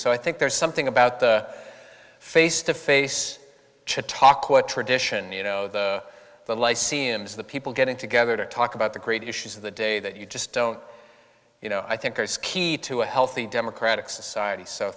so i think there's something about the face to face chip talk or tradition you know the the lyceum is the people getting together to talk about the great issues of the day that you just don't you know i think is key to a healthy democratic society so